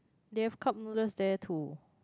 they have cup noodles there too